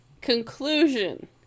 conclusion